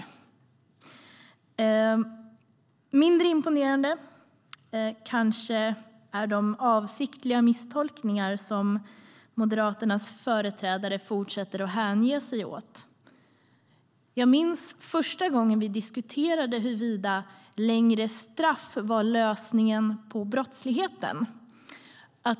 Mindre imponerande är kanske de avsiktliga misstolkningar som Moderaternas företrädare fortsätter att hänge sig åt. Jag minns första gången vi diskuterade huruvida längre straff var lösningen på brottsligheten.